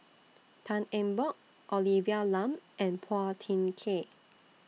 Tan Eng Bock Olivia Lum and Phua Thin Kiay